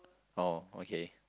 oh okay